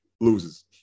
loses